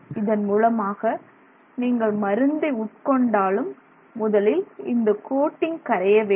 இதன் மூலமாக நீங்கள் மருந்து உட்கொண்டாலும் முதலில் இந்த கோட்டிங் கரைய வேண்டும்